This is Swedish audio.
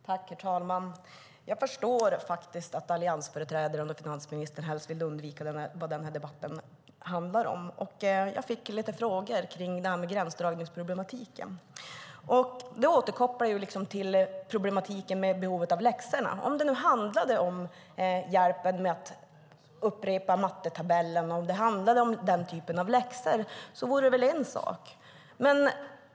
Herr talman! Jag förstår att alliansföreträdaren och finansministern helst vill undvika det som debatten handlar om. Jag fick lite frågor kring gränsdragningsproblematiken. Det återkopplar till problematiken med behovet av läxor. Om det nu handlade om hjälp med att upprepa mattetabellen och den typen av läxor vore det en sak.